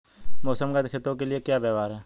मौसम का खेतों के लिये क्या व्यवहार है?